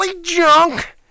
junk